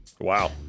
Wow